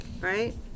right